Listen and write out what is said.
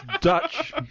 Dutch